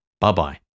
Bye-bye